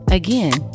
again